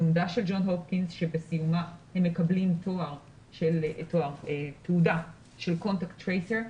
לומדה של ג'ון הופקינס שבסיומה הם מקבלים תעודה של קונטקט טרייסר.